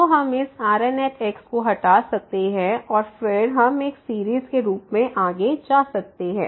तो हम इस Rnको हटा सकते हैं और फिर हम एक सीरीज़ के रूप में आगे जा सकते हैं